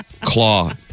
Claw